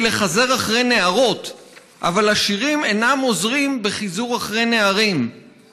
לחזר אחרי נערות / אבל השירים אינם עוזרים בחיזור אחרי נערים /